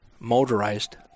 Motorized